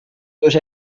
durch